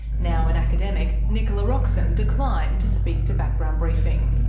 now an academic, nicola roxon declined to speak to background briefing.